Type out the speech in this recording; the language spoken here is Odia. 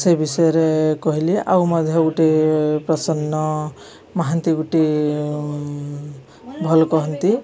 ସେ ବିଷୟରେ କହିଲି ଆଉ ମଧ୍ୟ ଗୋଟେ ପ୍ରଶନ୍ନ ମହାନ୍ତି ଗୋଟିଏ ଭଲ୍ କହନ୍ତି